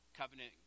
covenant